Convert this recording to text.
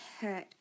hurt